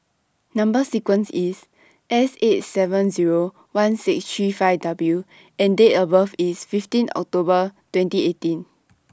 Number sequence IS S eight seven Zero one six three five W and Date of birth IS fifteen October twenty eighteen